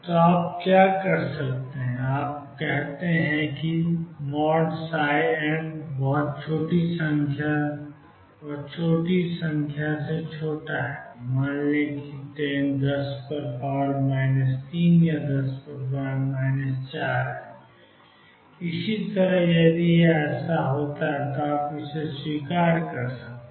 तो आप क्या करते हैं आप कहते हैं कि N कुछ बहुत छोटी संख्या से छोटा है मान लें कि 10 3 या 10 4 या इसी तरह यदि ऐसा है तो आप इसे स्वीकार करते हैं